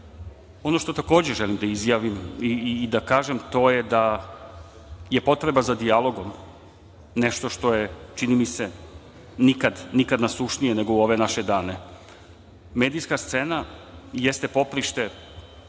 što takođe želim da izjavim i da kažem to je da je potreba za dijalogom nešto što je, čini mi se, nikad, nikad nasušnije nego u ove naše dane. Medijska scena jeste poprište